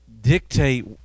dictate